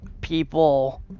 people